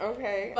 Okay